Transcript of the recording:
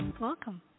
Welcome